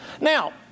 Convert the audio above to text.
Now